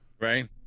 Right